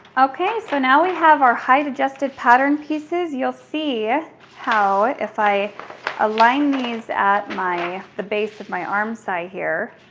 okay, so now we have our height adjusted pattern pieces. you'll see ah how, if i align these at the base of my arms side here,